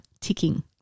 ticking